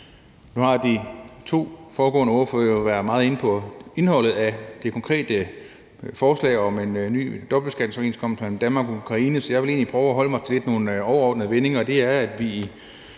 Nu har de to foregående ordførere jo været meget inde på indholdet af det konkrete forslag om en ny dobbeltbeskatningsoverenskomst mellem Danmark og Ukraine, så jeg vil egentlig prøve at holde mig lidt til nogle overordnede vendinger,